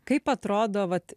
kaip atrodo vat